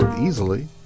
Easily